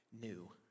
new